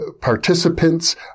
participants